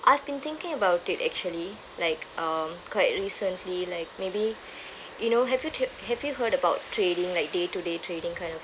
I've been thinking about it actually like um quite recently like maybe you know have you tr~ have you heard about trading like day to day trading kind of